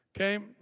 Okay